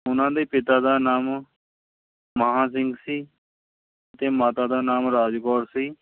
ਉਹਨਾਂ ਦੇ ਪਿਤਾ ਦਾ ਨਾਮ ਮਹਾਂ ਸਿੰਘ ਸੀ ਅਤੇ ਮਾਤਾ ਦਾ ਨਾਮ ਰਾਜ ਕੌਰ ਸੀ